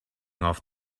off